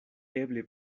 eble